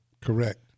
Correct